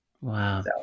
Wow